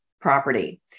property